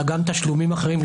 אלא גם תשלומים אחרים,